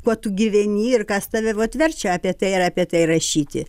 kuo tu gyveni ir kas tave vat verčia apie tai ar apie tai rašyti